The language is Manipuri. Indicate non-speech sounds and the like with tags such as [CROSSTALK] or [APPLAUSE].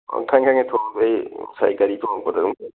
ꯑꯧ ꯈꯪꯉꯦ ꯈꯪꯉꯦ [UNINTELLIGIBLE] ꯑꯩ ꯉꯁꯥꯏ ꯒꯥꯔꯤ ꯇꯣꯡꯉꯛꯄꯗ [UNINTELLIGIBLE]